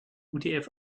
utf